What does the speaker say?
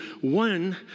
one